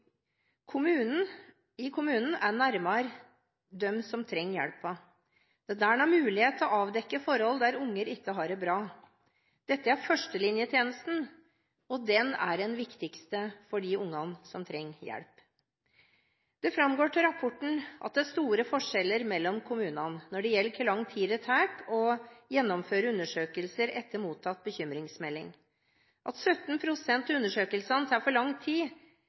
kommunen er de nærmere dem som trenger hjelpen. Det er der de har mulighet til å avdekke forhold der unger ikke har det bra. Dette er førstelinjetjenesten, og den er den viktigste for de ungene som trenger hjelp. Det framgår av rapporten at det er store forskjeller mellom kommunene når det gjelder hvor lang tid det tar å gjennomføre undersøkelser etter mottatt bekymringsmelding. At 17 pst. av undersøkelsene tar for lang tid,